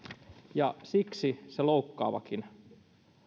ja siksi se loukkaavakin